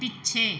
ਪਿੱਛੇ